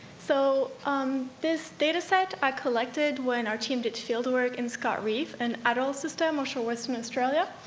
so um this dataset i collected when our team did fieldwork in scott reef, an atoll system offshore western australia.